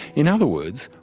in other words,